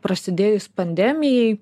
prasidėjus pandemijai